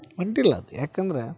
ಹೊಂಟಿಲ್ಲ ಅದು ಯಾಕಂದ್ರೆ